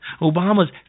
Obama's